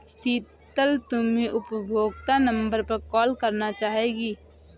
शीतल, तुम्हे उपभोक्ता नंबर पर कॉल करना चाहिए